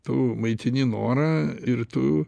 tu maitini norą ir tu